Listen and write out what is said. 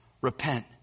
repent